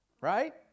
right